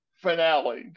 finale